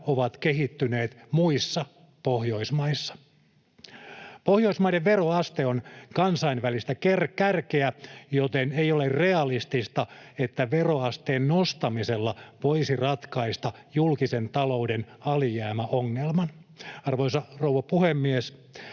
ovat kehittyneet muissa Pohjoismaissa. Pohjoismaiden veroaste on kansainvälistä kärkeä, joten ei ole realistista, että veroasteen nostamisella voisi ratkaista julkisen talouden alijäämäongelman. Arvoisa rouva puhemies!